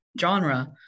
genre